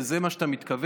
לזה אתה מתכוון?